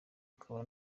akaba